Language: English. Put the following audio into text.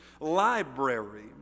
Library